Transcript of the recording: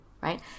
right